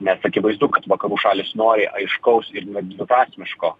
nes akivaizdu kad vakarų šalys nori aiškaus ir nedviprasmiško